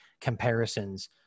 comparisons